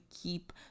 keep